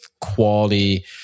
quality